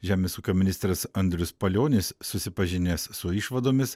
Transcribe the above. žemės ūkio ministras andrius palionis susipažinęs su išvadomis